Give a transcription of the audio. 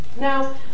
Now